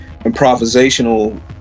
improvisational